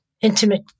intimate